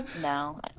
no